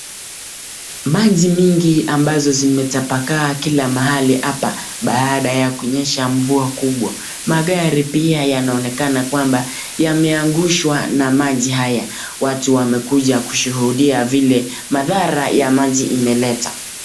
Maji mingi ambayo yametapakaa kila mahali hapa baada ya kunyesha mvua kubwa, magari pia yanaonekana kwamba yameangushwa na maji haya, watu wamekuja kushuhudia vile madhara ya maji imeleta.